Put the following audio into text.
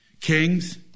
Kings